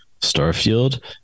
starfield